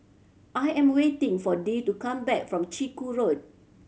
I am waiting for Dee to come back from Chiku Road